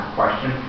question